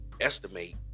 estimate